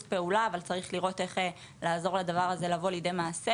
פעולה אבל צריך לראות איך לעזור לדבר הזה לבוא לידי מעשה.